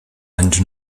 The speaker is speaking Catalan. anys